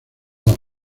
dos